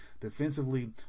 defensively